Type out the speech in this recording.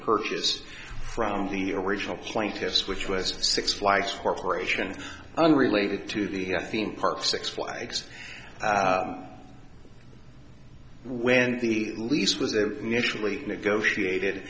purchase from the original plaintiffs which was six flights corporation unrelated to the theme park six flags when the lease was the initially negotiated